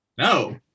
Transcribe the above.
No